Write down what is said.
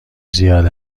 زیاد